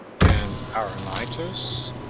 and auranitis,